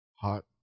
hot